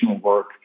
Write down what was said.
work